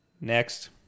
Next